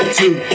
two